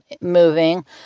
moving